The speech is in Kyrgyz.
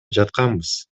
жатканбыз